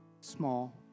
small